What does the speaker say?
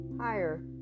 higher